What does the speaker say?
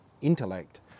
intellect